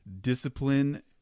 discipline